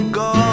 go